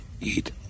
eat